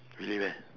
really meh